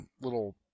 little